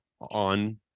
on